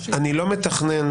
אני לא מתכנן